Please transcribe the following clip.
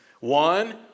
One